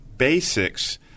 basics